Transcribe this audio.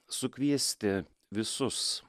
sukviesti visus